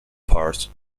part